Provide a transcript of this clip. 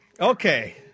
Okay